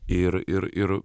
ir ir ir